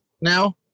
now